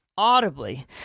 audibly